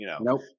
Nope